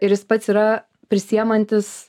ir jis pats yra prisiimantis